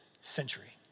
century